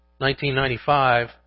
1995